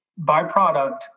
byproduct